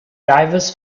divers